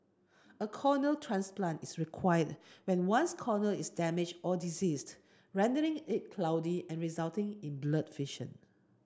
a corneal transplant is required when one's cornea is damaged or diseased rendering it cloudy and resulting in blurred vision